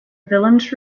villains